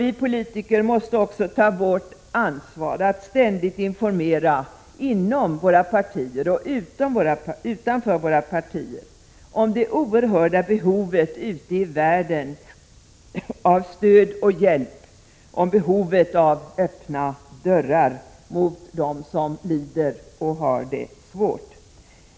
Vi politiker måste ta vårt ansvar att ständigt informera inom och utanför våra partier om det oerhörda behovet ute i världen av stöd och hjälp, om behovet av öppna dörrar mot dem som lider och har det svårt.